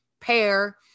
pair